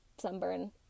sunburn